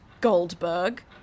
Goldberg